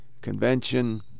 Convention